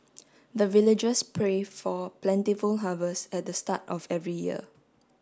the villagers pray for plentiful harvest at the start of every year